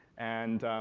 and